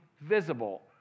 visible